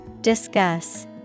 Discuss